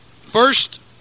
First